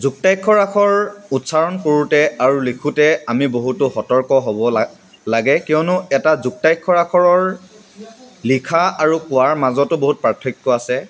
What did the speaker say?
যুক্তাক্ষৰ আখৰ উচ্চাৰণ কৰোঁতে আৰু লিখোঁতে আমি বহুতো সতৰ্ক হ'ব লা লাগে কিয়নো এটা যুক্তাক্ষৰ আখৰৰ লিখা আৰু কোৱাৰ মাজতো বহুত পাৰ্থক্য় আছে